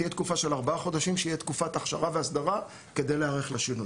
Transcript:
תהיה תקופה של ארבעה חודשים שהיא תקופת אכשרה ואסדרה כדי להיערך לשינוי.